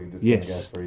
Yes